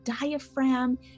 diaphragm